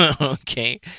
Okay